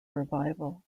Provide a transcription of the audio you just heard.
revival